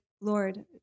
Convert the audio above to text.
Lord